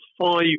five